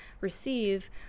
receive